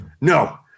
no